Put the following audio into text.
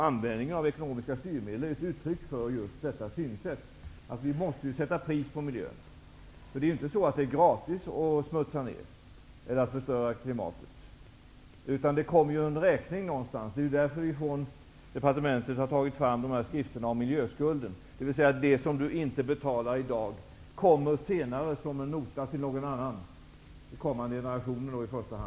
Användningen av ekonomiska styrmedel är ett uttryck för synsättet att vi måste sätta pris på miljön. Det är inte gratis att smutsa ner eller att förstöra klimatet; någon gång kommer det en räkning. Det är därför departementet har tagit fram skrifterna om miljöskulden, dvs. det som inte betalas i dag kommer senare som en nota till någon annan, i första hand till kommande generationer.